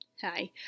Hi